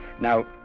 Now